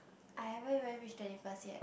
I haven't even reach twenty first yet